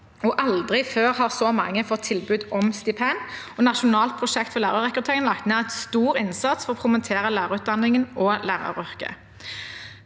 Aldri før har så mange fått tilbud om stipend. Nasjonalt prosjekt for lærerrekruttering har lagt ned en stor innsats for å promotere lærerutdanningen og læreryrket.